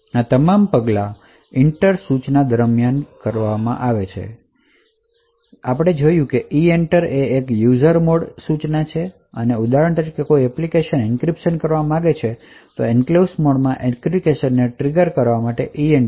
તેથી આ તમામ પગલાંઓ EENTER સૂચના દરમિયાન કરવામાં આવે છે અને તમે જોયું છે કે EENTER એ એક યુઝર મોડ સૂચના છે અને ઉદાહરણ તરીકે કોઈ એપ્લિકેશન એન્ક્રિપ્શન કરવા માંગે છે એન્ક્લેવ્સ મોડમાં એન્ક્રિપ્શન ને ટ્રિગર કરવા માટે EENTER કરશે